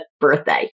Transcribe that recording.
birthday